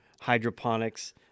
hydroponics